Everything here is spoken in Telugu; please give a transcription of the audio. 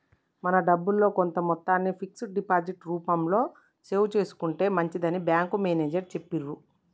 మన డబ్బుల్లో కొంత మొత్తాన్ని ఫిక్స్డ్ డిపాజిట్ రూపంలో సేవ్ చేసుకుంటే మంచిదని బ్యాంకు మేనేజరు చెప్పిర్రు